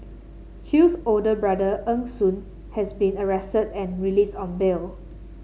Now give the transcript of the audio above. Chew's older brother Eng Soon has been arrested and released on bail